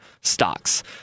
stocks